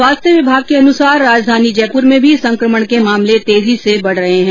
स्वास्थ्य विभाग के अनुसार राजधानी जयपुर में भी संकमण के मामले तेजी से बढ़ रहे हैं